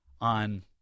on